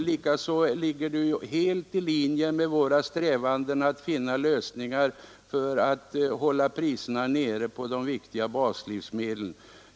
Likaså ligger det helt i linje med våra strävanden att finna lösningar för att hålla priserna nere på de viktiga baslivsmedlen.